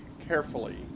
carefully